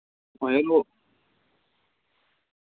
ओह् यरो